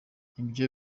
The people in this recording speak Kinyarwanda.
ibyo